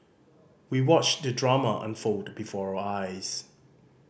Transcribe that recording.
we watched the drama unfold before our eyes